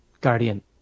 guardian